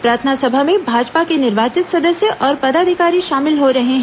प्रार्थना सभा में भाजपा के निर्वाचित सदस्य और पदाधिकारी शामिल हो रहे हैं